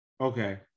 Okay